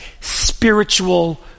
spiritual